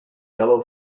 yellow